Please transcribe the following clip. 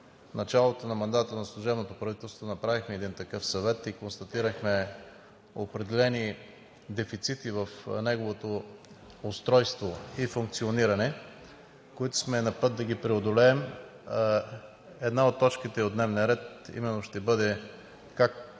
в началото на мандата на служебното правителство направихме един такъв съвет и констатирахме определени дефицити в неговото устройство и функциониране, които сме на път да преодолеем. Една от точките от дневния ред ще бъде: как